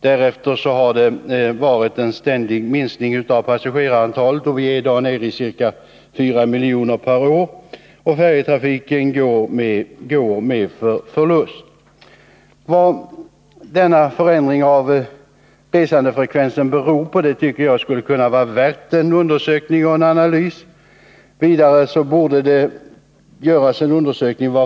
Därefter har det skett en ständig minskning av passagerarantalet, och vi är i dag nere i ca 4 miljoner per år. Färjetrafiken går nu med förlust. Vad denna förändring av resandefrekvensen beror på tycker jag skulle vara värt en undersökning och analys.